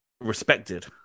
respected